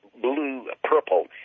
blue-purple